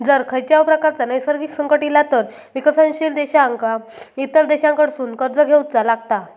जर खंयच्याव प्रकारचा नैसर्गिक संकट इला तर विकसनशील देशांका इतर देशांकडसून कर्ज घेवचा लागता